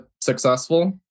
successful